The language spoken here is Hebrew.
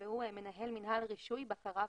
והוא מנהל מינהל רישוי, בקרה ואכיפה.